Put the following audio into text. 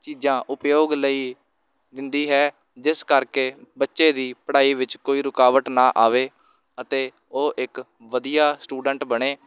ਚੀਜ਼ਾਂ ਉਪਯੋਗ ਲਈ ਦਿੰਦੀ ਹੈ ਜਿਸ ਕਰਕੇ ਬੱਚੇ ਦੀ ਪੜ੍ਹਾਈ ਵਿੱਚ ਕੋਈ ਰੁਕਾਵਟ ਨਾ ਆਵੇ ਅਤੇ ਉਹ ਇੱਕ ਵਧੀਆ ਸਟੂਡੈਂਟ ਬਣੇ